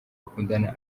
bakundana